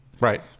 Right